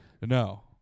No